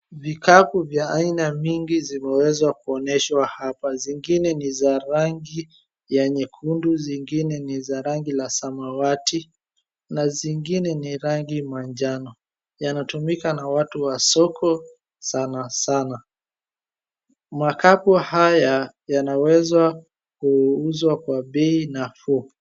Vikapu vya aina mingi zimeweza kuonyeshwa hapa zingine ni za rangi ya nyekundu, zingine ni za rangi la samawati na zingine ni rangi manjano yanatumika na watu wa soko sana sana. Makapu haya yanaweza kuuzwa kwa bei nafuu.